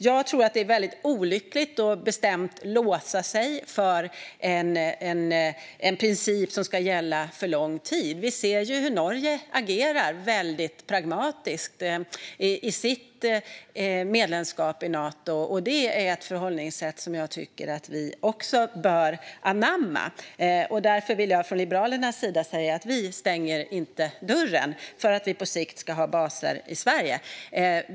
Jag tror att det vore olyckligt att bestämt låsa sig vid en princip som ska gälla för lång tid; vi ser ju hur Norge agerar väldigt pragmatiskt i sitt medlemskap i Nato, och det är ett förhållningssätt som jag tycker att även Sverige bör anamma. Därför vill jag från Liberalernas sida säga att vi inte stänger dörren för att på sikt ha baser i Sverige.